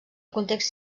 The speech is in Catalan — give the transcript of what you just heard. context